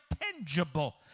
tangible